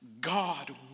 God